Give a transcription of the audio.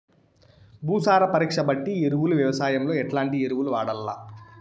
భూసార పరీక్ష బట్టి ఎరువులు వ్యవసాయంలో ఎట్లాంటి ఎరువులు వాడల్ల?